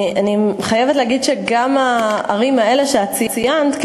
אני חייבת להגיד שגם בערים האלה שאת ציינת,